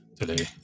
today